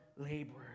laborers